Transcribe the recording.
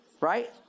right